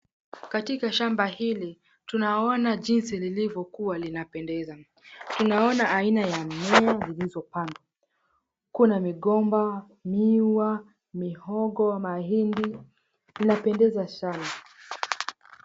Katika shamba hili tunaona jinsi lilivyokua linapendeza. Tutaona aina ya mimea zilizopandwa. Kuna migomba, miwa, mihogo, mahindi. Vinapendeza sana.